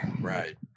Right